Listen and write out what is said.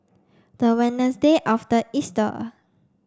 the Wednesday after Easter